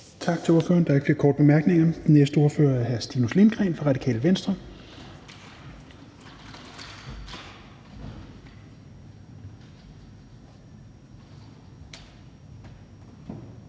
Tak til ordføreren. Der er ikke flere korte bemærkninger. Den næste ordfører er hr. Stinus Lindgreen, Radikale Venstre.